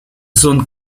зон